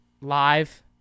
live